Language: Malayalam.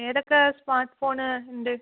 ഏതൊക്കെ സ്മാർട്ട് ഫോൺ ഉണ്ട്